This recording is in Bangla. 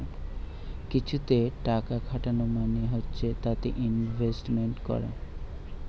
কিছুতে টাকা খাটানো মানে হচ্ছে তাতে ইনভেস্টমেন্ট করা